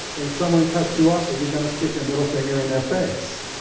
and someone cuts you off, are you gonna stick your middle finger in their face?